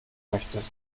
möchtest